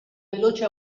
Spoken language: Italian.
veloce